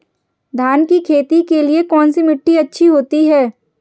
धान की खेती के लिए कौनसी मिट्टी अच्छी होती है?